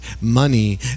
money